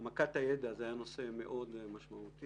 העמקת הידע זה היה נושא מאוד משמעותי.